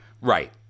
Right